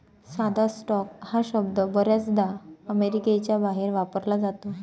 साधा स्टॉक हा शब्द बर्याचदा अमेरिकेच्या बाहेर वापरला जातो